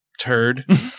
turd